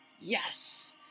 Yes